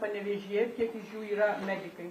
panevėžyje kiek iš jų yra medikai